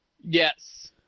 Yes